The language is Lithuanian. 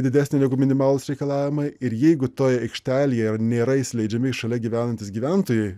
didesnę negu minimalūs reikalavimai ir jeigu toj aikštelėje nėra įsileidžiami šalia gyvenantys gyventojai